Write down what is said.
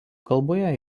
kalboje